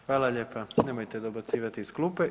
Hvala lijepa, nemojte dobacivati iz klupe.